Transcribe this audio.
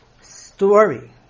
story